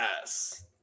Yes